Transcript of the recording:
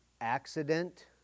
accident